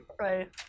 Right